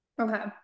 Okay